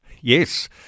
Yes